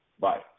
Bye